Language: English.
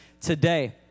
today